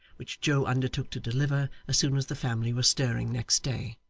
which joe undertook to deliver as soon as the family were stirring next day.